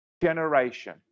generation